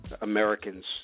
Americans